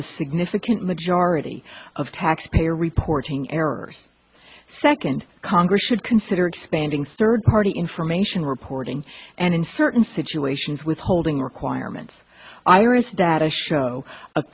the significant majority of taxpayer reporting errors second congress should consider expanding third party information reporting and in certain situations withholding requirements iris data show